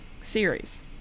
series